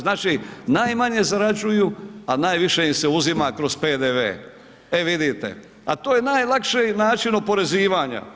Znači najmanje zarađuju, a najviše im se uzima kroz PDV, a to je najlakši način oporezivanja.